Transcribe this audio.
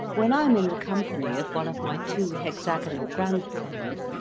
when i am in the com pany of one of my two hexa gonal grandsons,